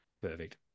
Perfect